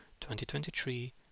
2023